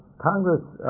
congress